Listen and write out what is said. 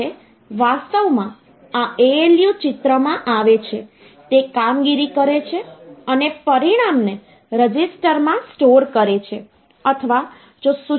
45 ને 2 વડે ભાગવાથી મને 22 ભાગાકાર મળે છે અને 1 શેષ તરીકે મળે છે